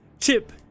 Chip